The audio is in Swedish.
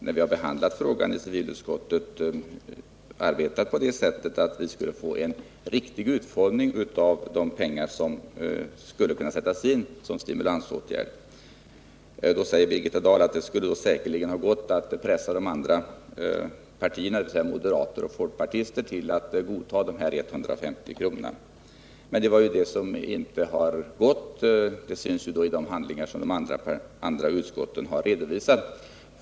När vi har behandlat frågan i civilutskottet har vi verkligen haft som målsättning att få till stånd en riktig utformning av stimulansåtgärderna. Birgitta Dahl säger att det säkerligen skulle ha gått att pressa de andra borgerliga partiernas ledamöter, dvs. moderater och folkpartister, att godta förslaget om en höjning med 150 milj.kr. Men det har inte varit möjligt — det framgår av de handlingar som de andra utskotten har redovisat.